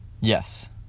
yes